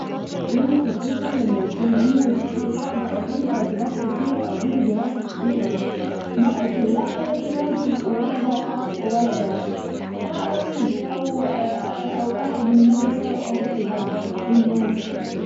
أتمنى أكون مستقرة بحياتي وشغلي، وأحقق طموحاتي، وأطور من نفسي، وأكون في مكان مستقر نفسيا وذاتيا وعاطفيا وماديا.